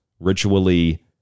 Ritually